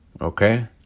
okay